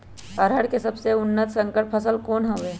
अरहर के सबसे उन्नत संकर फसल कौन हव?